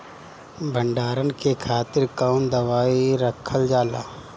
भंडारन के खातीर कौन दवाई रखल जाला?